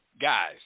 guys